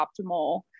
optimal